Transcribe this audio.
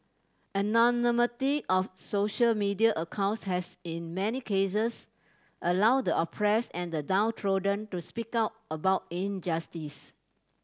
anonymity of social media accounts has in many cases allow the oppress and the downtrodden to speak out about injustice